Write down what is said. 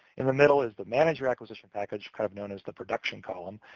in the middle, is the manager acquisition package, kind of known as the production column,